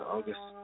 August